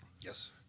Yes